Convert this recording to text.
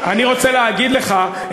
אני רוצה להגיד לך,